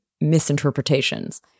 misinterpretations